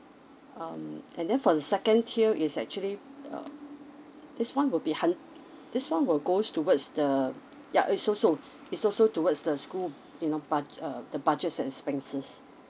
um and then for the second tier is actually uh this one will be hun~ this one will goes towards the ya it's also it's also towards the school you know bud~ uh the budgets and expenses